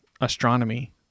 astronomy